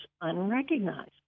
unrecognized